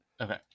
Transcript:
Okay